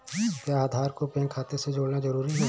क्या आधार को बैंक खाते से जोड़ना जरूरी है?